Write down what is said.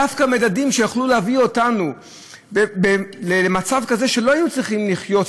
דווקא מדדים שהיו יכולים להביא אותנו למצב כזה שלא היינו צריכים לחיות,